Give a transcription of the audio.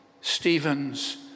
Stephen's